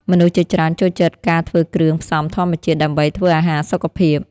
មនុស្សជាច្រើនចូលចិត្តការធ្វើគ្រឿងផ្សំធម្មជាតិដើម្បីធ្វើអាហារសុខភាព។